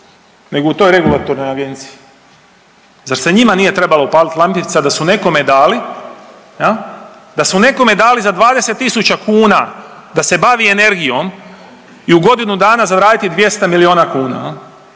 nego u toj regulatornoj agenciji? Zar se njima nije trebala upalit lampica da su nekome dali, da su nekom dali za 20.000 kuna da se bavi energijom i u godinu dana zaraditi 200 milijuna kuna,